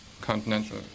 continental